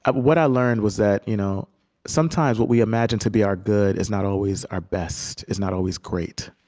ah what i learned was that you know sometimes what we imagine to be our good is not always our best, is not always great.